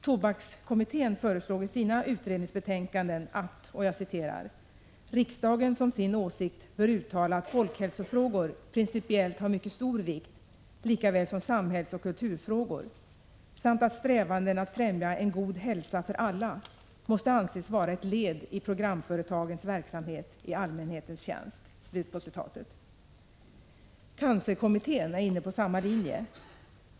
Tobakskommittén föreslog i sina utredningsbetänkanden att ”riksdagen som sin åsikt bör uttala att folkhälsofrågor principiellt har mycket stor vikt likaväl som samhällsoch kulturfrågor samt att strävanden att främja en god hälsa för alla måste anses vara ett led i programföretagens verksamhet i allmänhetens tjänst”. Cancerkommittén är inne på samma linje.